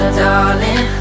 darling